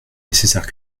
nécessaire